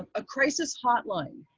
ah a crisis hotline,